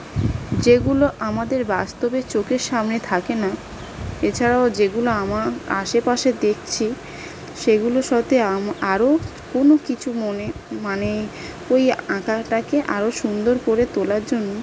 যেগুলো আমাদের বাস্তবে চোখের সামনে থাকে না এছাড়াও যেগুলো আমার আশেপাশে দেখছি সেগুলোর সাথে আম আরো কোনো কিছু মনে মানে ওই আঁকাটাকে আরো সুন্দর করে তোলার জন্য